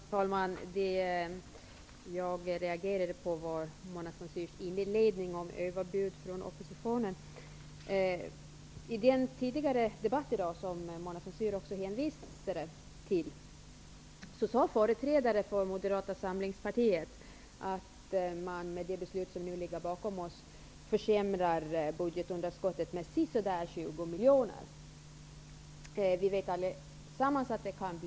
Herr talman! Jag reagerade på vad Mona Saint Cyr sade i sin inledning om överbud från oppositionen. I den tidigare debatt i dag som Mona Saint Cyr hänvisade till sade företrädare för Moderata samlingspartiet att man med det beslut som nu ligger bakom oss skulle försämra budgetunderskottet med ca 20 miljoner kronor.